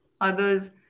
others